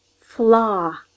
Flaw